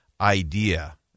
idea